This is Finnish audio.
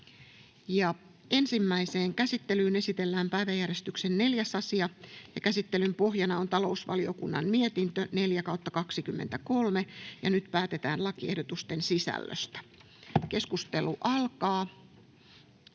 Ensimmäiseen käsittelyyn esitellään päiväjärjestyksen 4. asia. Käsittelyn pohjana on talousvaliokunnan mietintö TaVM 4/2023 vp. Nyt päätetään lakiehdotusten sisällöstä. — Keskustelu alkaa.